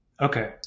Okay